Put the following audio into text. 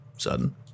Sudden